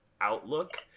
outlook